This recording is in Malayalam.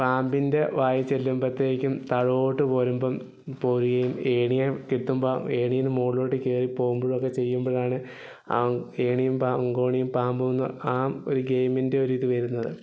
പാമ്പിൻ്റെ വായിൽ ചെല്ലുമ്പോഴത്തേക്ക് താഴോട്ടു പോരുമ്പം പോരുകയും ഏണിയെ കിട്ടുമ്പം ഏണിയിൽ നിന്ന് മുകളിലോട്ട് കയറി പോകുമ്പോഴൊക്കെ ചെയ്യുമ്പഴാണ് ആ ഏണിയും പാ കോണിയും പാമ്പും എന്ന് ആ ഒരു ഗെയിമിൻ്റെ ഒരു ഇത് വരുന്നത്